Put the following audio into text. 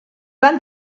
van